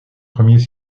premiers